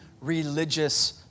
religious